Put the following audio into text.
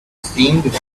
seemed